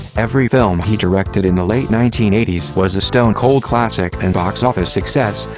every film he directed in the late nineteen eighty s was a stone cold classic and box office success,